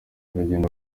urugendo